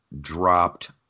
dropped